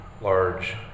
large